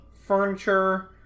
furniture